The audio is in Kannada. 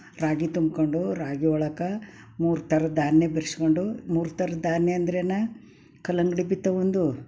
ರಾಗಿ ತುಂಬ್ಕೊಂಡು ರಾಗಿ ಒಳಗೆ ಮೂರು ಥರ ಧಾನ್ಯ ಬೆರ್ಸ್ಕೊಂಡು ಮೂರು ಥರ ಧಾನ್ಯ ಅಂದ್ರೇನೆ ಕಲ್ಲಂಗಡಿ ಬಿತ್ತುತ್ತಾ ಒಂದು